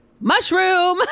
mushroom